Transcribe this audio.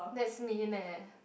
that's mean eh